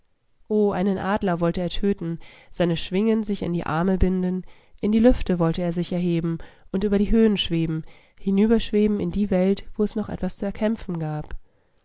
einen adler wollte er töten seine schwingen sich an die arme binden in die lüfte wollte er sich erheben und über die höhen schweben hinüberschweben in die welt wo es noch etwas zu erkämpfen gab